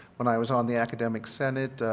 when i was on the academic senate,